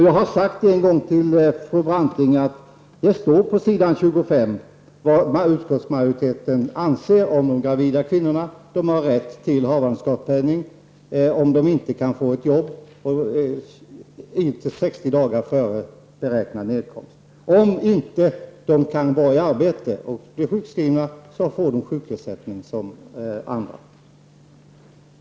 Jag har en gång tidigare sagt till fru Branting att det står på s. 25 vad utskottsmajoriteten anser om de gravida kvinnornas rätt till havandeskapspenning om de inte kan få ett arbete intill 60 dagar före beräknad nedkomst. Om de inte kan vara i arbete och blir sjukskrivna, får de sjukersättning som andra.